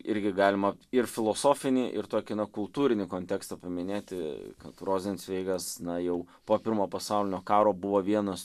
irgi galima ir filosofinį ir tokį na kultūrinį kontekstą paminėti kad rozencveigas na jau po pirmo pasaulinio karo buvo vienas